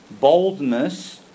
boldness